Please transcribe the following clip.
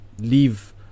leave